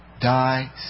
die